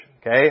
Okay